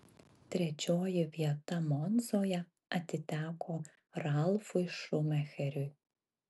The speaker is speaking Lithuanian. trečioji vieta monzoje atiteko ralfui šumacheriui